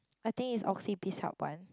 I think is Oxy Bizhub One